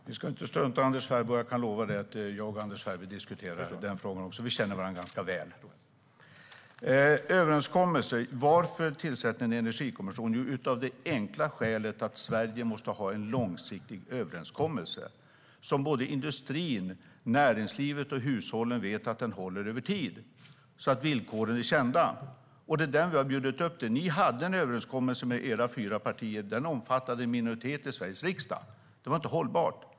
Herr talman! Vi ska inte strunta i Anders Ferbe. Jag kan lova dig att jag och Anders Ferbe diskuterar också denna fråga; vi känner varandra ganska väl. Det talas om överenskommelse. Varför tillsätter vi en energikommission? Jo, av det enkla skälet att Sverige måste ha en långsiktig överenskommelse som såväl industrin och näringslivet som hushållen vet håller över tiden och att villkoren är kända. Det är den vi har bjudit in till. Ni hade en överenskommelse med era fyra partier. Den omfattade en minoritet i Sveriges riksdag. Den var inte hållbar.